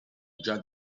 già